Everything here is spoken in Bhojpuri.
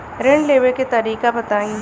ऋण लेवे के तरीका बताई?